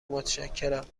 متشکرم